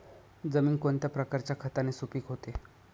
जमीन कोणत्या प्रकारच्या खताने सुपिक होते?